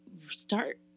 start